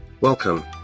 welcome